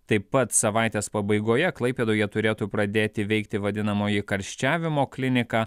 taip pat savaitės pabaigoje klaipėdoje turėtų pradėti veikti vadinamoji karščiavimo klinika